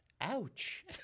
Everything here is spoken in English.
Ouch